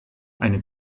eine